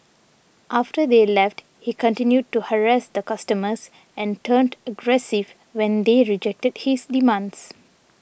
after they left he continued to harass the customers and turned aggressive when they rejected his demands